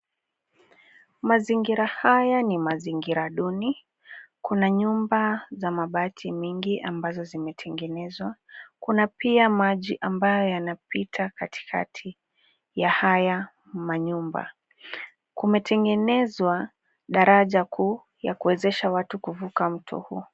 Mazingira haya ni mazingira duni, kuna nyumba za mabati mingi ambazo zimetengenezwa. Kuna pia maji ambayo yanapita katikati ya haya manyumba. Kumetengenezwa daraja kuu ya kuwezesha watu kuvuka mto huu.